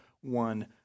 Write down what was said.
one